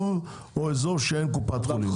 אין אזור בו אין קופת חולים.